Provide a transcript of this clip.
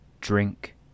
drink